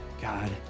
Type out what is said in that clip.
God